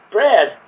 Brad